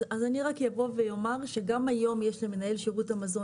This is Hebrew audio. אז אני רק אבוא ואומר שגם היום יש למנהל שירות המזון